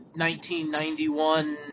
1991